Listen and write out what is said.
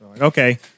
Okay